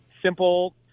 simple